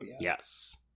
yes